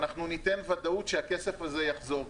אנחנו ניתן ודאות שהכסף הזה יחזור.